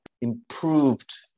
improved